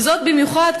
וזאת במיוחד,